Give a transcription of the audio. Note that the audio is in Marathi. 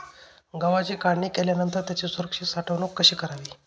गव्हाची काढणी केल्यानंतर त्याची सुरक्षित साठवणूक कशी करावी?